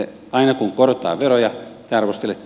aina kun korotetaan veroja te arvostelette